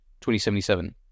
2077